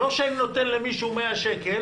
לא שאני נותן למישהו 100 שקלים